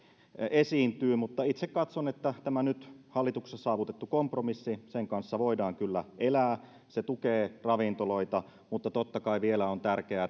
esiintyy mutta itse katson että tämän nyt hallituksessa saavutetun kompromissin kanssa voidaan kyllä elää se tukee ravintoloita mutta totta kai vielä on tärkeää